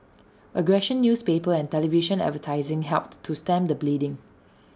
aggressive newspaper and television advertising helped to stem the bleeding